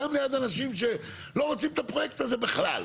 גם ליד אנשים שלא רוצים את הפרויקט הזה בכלל.